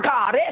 God